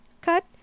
cut